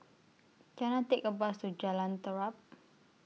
Can I Take A Bus to Jalan Terap